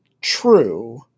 true